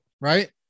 right